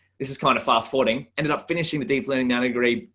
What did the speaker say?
this is kind of fast forwarding ended up finishing the deep learning nanodegree.